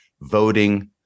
voting